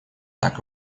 так